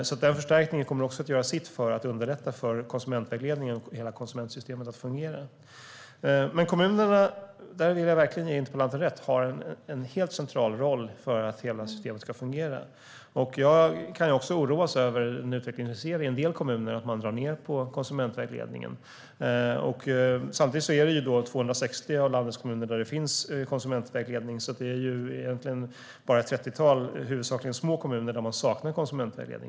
Denna förstärkning kommer också att göra sitt för att underlätta för konsumentvägledningen och hela konsumentsystemet att fungera. Kommunerna har dock, och där vill jag verkligen ge interpellanten rätt, en helt central roll för att hela systemet ska fungera. Jag kan också oroas över den utveckling vi ser i en del kommuner där man drar ned på konsumentvägledningen. Samtidigt har 260 av landets kommuner konsumentvägledning, så det är egentligen bara ett trettiotal, huvudsakligen små, kommuner som saknar detta.